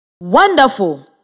Wonderful